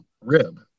rib